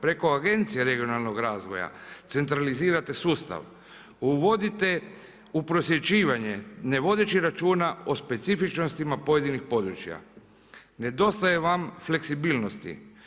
Preko agencije regionalnog razvoja centralizirate sustav, uvodite u prosvjećivanje ne vodeći računa o specifičnostima pojedinih područja, nedostaje vam fleksibilnosti.